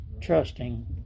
trusting